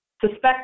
Suspect